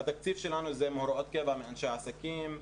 התקציב שלנו זה מהוראות קבע מאנשי עסקים,